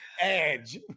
Edge